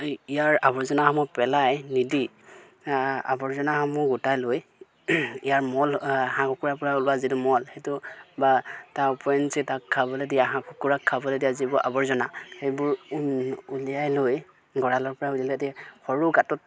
ইয়াৰ আৱৰ্জনাসমূহ পেলাই নিদি আৱৰ্জনাসমূহ গোটাই লৈ ইয়াৰ মল হাঁহ কুকুৰাৰপৰা ওলোৱা যিটো মল সেইটো বা তাৰ ওপৰঞ্চি তাক খাবলৈ দিয়া হাঁহ কুকুৰাক খাবলৈ দিয়া যিবোৰ আৱৰ্জনা সেইবোৰ উলিয়াই লৈ গঁৰালৰপৰা উলিয়াই দিয়ে সৰু গাঁত